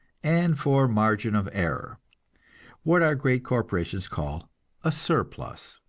and for margin of error what our great corporations call a surplus.